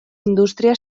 indústria